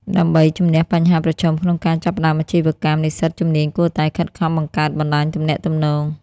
ដើម្បីជំនះបញ្ហាប្រឈមក្នុងការចាប់ផ្តើមអាជីវកម្ម និស្សិតជំនាញគួរតែខិតខំបង្កើតបណ្តាញទំនាក់ទំនង។